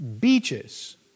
beaches